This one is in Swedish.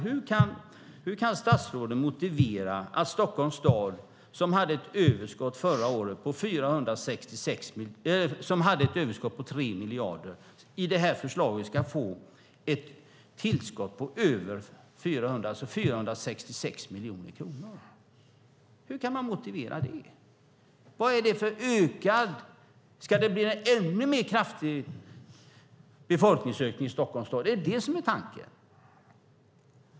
Hur kan statsrådet motivera att Stockholms stad som hade ett överskott förra året på 3 miljarder i det här förslaget ska få ett tillskott på 466 miljoner kronor? Hur kan man motivera det? Vad är det för ökning? Ska det bli en ännu mer kraftig befolkningsökning i Stockholms stad? Är det tanken?